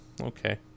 Okay